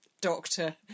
doctor